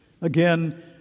Again